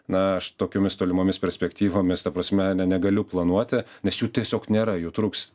na aš tokiomis tolimomis perspektyvomis ta prasme ne negaliu planuoti nes jų tiesiog nėra jų trūks